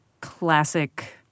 classic